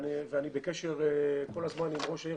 ואני כל הזמן בקשר עם ראש העיר